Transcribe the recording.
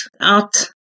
out